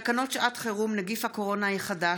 תקנות שעת חירום (נגיף הקורונה החדש,